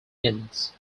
ends